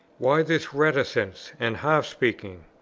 why this reticence, and half-speaking,